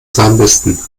zahnbürsten